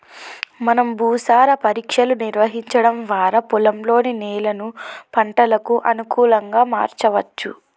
మనం భూసార పరీక్షలు నిర్వహించడం వారా పొలంలోని నేలను పంటలకు అనుకులంగా మార్చవచ్చు